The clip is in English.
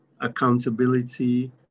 accountability